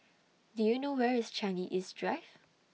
Do YOU know Where IS Changi East Drive